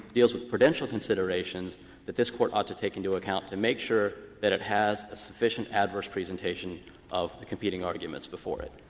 deals with prudential considerations that this court ought to take into account to make sure that it has a sufficient adverse presentation of the competing arguments before it.